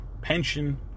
pension